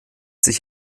sich